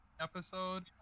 episode